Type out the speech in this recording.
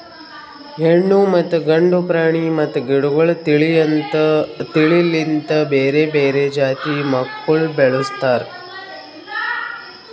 ಹೆಣ್ಣು ಮತ್ತ ಗಂಡು ಪ್ರಾಣಿ ಮತ್ತ ಗಿಡಗೊಳ್ ತಿಳಿ ಲಿಂತ್ ಬೇರೆ ಬೇರೆ ಜಾತಿ ಮಕ್ಕುಲ್ ಬೆಳುಸ್ತಾರ್